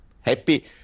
Happy